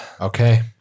Okay